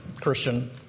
Christian